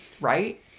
right